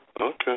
Okay